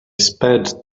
sped